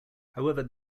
however